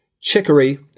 Chicory